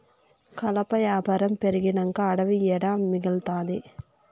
కలప యాపారం పెరిగినంక అడివి ఏడ మిగల్తాది